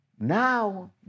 Now